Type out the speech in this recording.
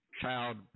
child